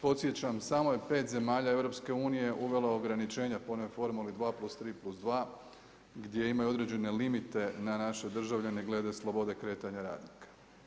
I podsjećam, samo je 5 zemalja EU, uvelo ograničenje po onoj formuli 2+3+2, gdje imaju određene limite na naše državljane glede slobodne kretanja radnika.